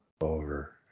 over